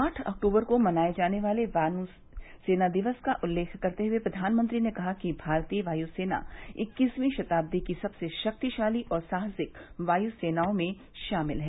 आठ अक्तूबर को मनाए जाने वाले वायु सेना दिवस का उल्लेख करते हुए प्रघानमंत्री ने कहा कि भारतीय वायु सेना इक्कीसवीं शताद्दी की सबसे शक्तिशाली और साहसिक वायु सेनाओं में शामिल है